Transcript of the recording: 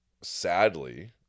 sadly